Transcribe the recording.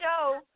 show